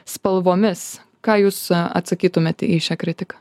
spalvomis ką jūs atsakytumėte į šią kritiką